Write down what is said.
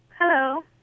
Hello